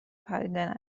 پدیده